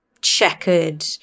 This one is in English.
checkered